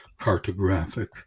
cartographic